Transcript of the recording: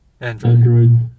Android